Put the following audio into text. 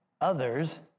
others